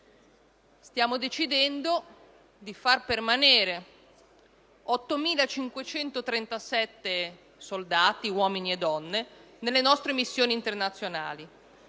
infatti decidendo di far permanere 8.537 soldati, uomini e donne, nelle nostre missioni internazionali;